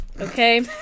Okay